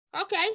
Okay